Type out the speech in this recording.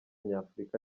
nyafurika